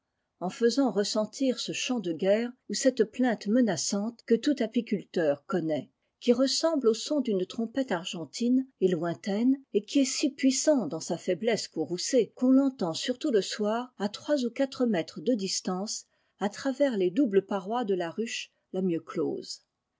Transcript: en rayon y faisant reretentir ce chant de guerre ou celte plainte menaçante que tout apiculteur connaît qui ressemble au son d'une trompette argentine et lointaine et qui est si puissant dans sa faiblesse courroucée qu'on l'entend surtout le soir à trois ou quatre mètres de distance à travers les doubles parois de la ruche la